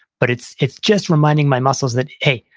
but it's it's just reminding my muscles that, hey,